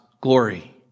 glory